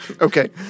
Okay